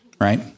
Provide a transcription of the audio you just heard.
right